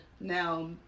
now